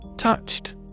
Touched